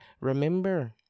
remember